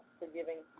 forgiving